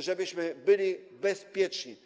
żebyśmy byli bezpieczni.